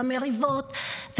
במריבות,